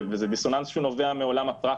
וזה דיסוננס שנובע מעולם הפרקטיקה.